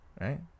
right